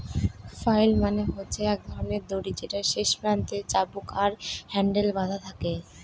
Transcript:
flail মানে হচ্ছে এক ধরনের দড়ি যেটার শেষ প্রান্তে চাবুক আর হ্যান্ডেল বাধা থাকে